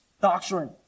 Doctrine